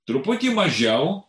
truputį mažiau